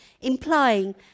implying